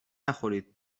نخورید